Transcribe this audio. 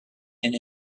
and